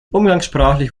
umgangssprachlich